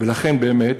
ולכן באמת